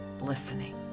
listening